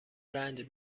رنج